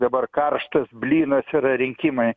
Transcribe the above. dabar karštas blynas yra rinkimai